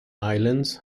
islands